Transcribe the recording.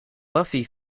buffy